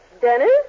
Dennis